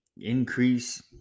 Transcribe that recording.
increase